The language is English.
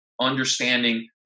understanding